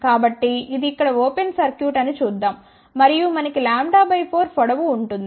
కాబట్టి ఇది ఇక్కడ ఓపెన్ సర్క్యూట్ అని చూద్దాం మరియు మనకు λ 4 పొడవు ఉంటుంది